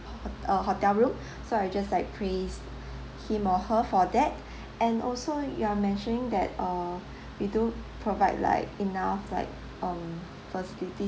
ho~ uh hotel room so I just like praise him or her for that and also you are mentioning that err we do provide like enough like um facilities